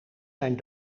zijn